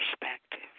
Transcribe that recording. Perspective